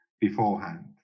beforehand